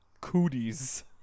cooties